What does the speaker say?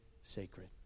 sacred